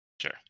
Sure